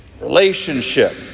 Relationship